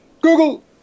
Google